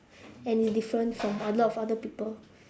and different from a lot of other people